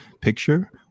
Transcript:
picture